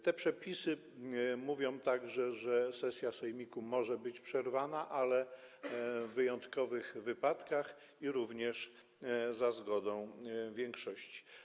Te przepisy mówią także, że sesja sejmiku może być przerwana, ale w wyjątkowych wypadkach i również za zgodą większości.